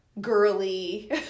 girly